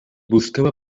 buscaba